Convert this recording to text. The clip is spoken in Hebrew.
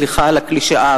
סליחה על הקלישאה,